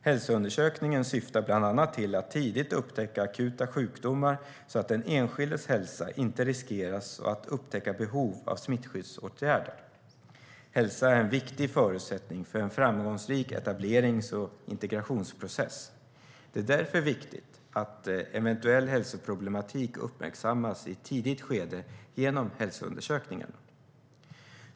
Hälsoundersökningen syftar bland annat till att tidigt upptäcka akuta sjukdomar, så att den enskildes hälsa inte riskeras, och att upptäcka behov av smittskyddsåtgärder. Hälsa är en viktig förutsättning för en framgångsrik etablerings och integrationsprocess. Det är därför viktigt att eventuell hälsoproblematik uppmärksammas i ett tidigt skede genom hälsoundersökningarna.